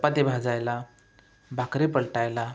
चपाती भाजायला भाकरी पलटायला